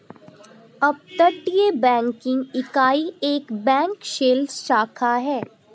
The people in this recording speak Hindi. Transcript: अपतटीय बैंकिंग इकाई एक बैंक शेल शाखा है